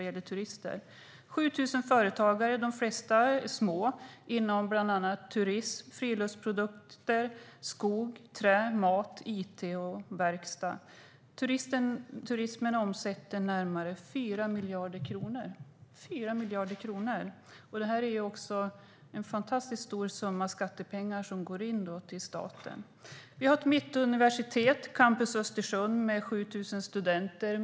Vi har 7 000 företagare, de flesta små, inom bland annat turism, friluftsprodukter, skog, trä, mat, it och verkstad. Turismen omsätter närmare 4 miljarder kronor. Det ger en fantastiskt stor summa skattepengar till staten. Vi har Mittuniversitetet med campus i Östersund och 7 000 studenter.